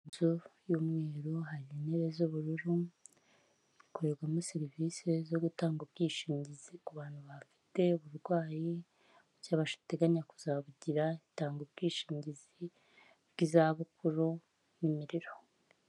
Inzu y'umweru hari intebe z'ubururu, ikorerwamo serivise zo gutanga ubwishingizi ku bantu bafite uburwayi, cyangwa bateganya kuzabugira, itanga ubwishingizi bw'izabukuru n'imiriro.